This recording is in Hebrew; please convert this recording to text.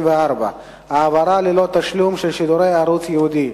44) (העברה ללא תשלום של שידורי ערוץ ייעודי),